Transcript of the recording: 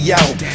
out